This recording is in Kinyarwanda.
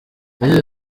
yagize